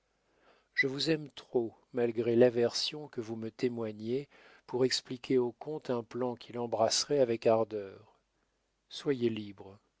je vous aime trop malgré l'aversion que vous me témoignez pour expliquer au comte un plan qu'il embrasserait avec ardeur soyez libre